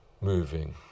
moving